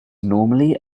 normally